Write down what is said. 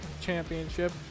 Championship